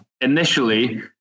initially